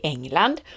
England